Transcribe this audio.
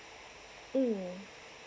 mm